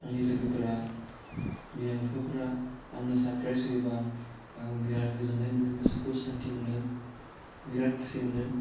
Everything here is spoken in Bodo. आंनि लोगोफोरा बिमा बिफाफ्रा आंनो सारफ्राइस होयोब्ला आङो बिराद गोजोन्नाय मोनो गोसोखौ सान्थि मोनो बिराद खुसि मोनो